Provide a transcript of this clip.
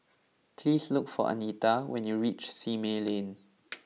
please look for Anita when you reach Simei Lane